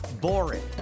boring